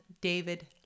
David